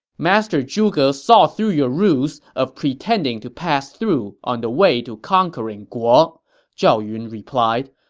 master zhuge saw through your ruse of pretending to pass through on the way to conquering guo zhao yun replied.